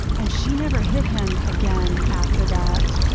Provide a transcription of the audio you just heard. and she never hit him again after that.